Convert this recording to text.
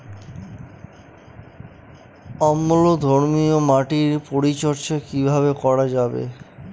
অম্লধর্মীয় মাটির পরিচর্যা কিভাবে করা যাবে?